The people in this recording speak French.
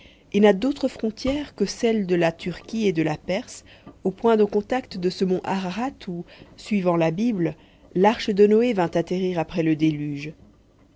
et n'a d'autres frontières que celles de la turquie et de la perse au point de contact de ce mont ararat où suivant la bible l'arche de noé vint atterrir après le déluge